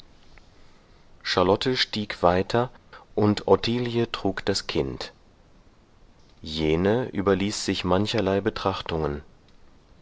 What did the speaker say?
charlotte stieg weiter und ottilie trug das kind jene überließ sich mancherlei betrachtungen